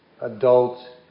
adult